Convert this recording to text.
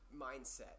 mindset